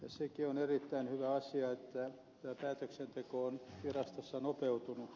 sekin on erittäin hyvä asia että tämä päätöksenteko on virastossa nopeutunut